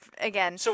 again